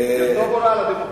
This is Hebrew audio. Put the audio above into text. זה טוב או רע לדמוקרטיה?